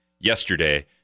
yesterday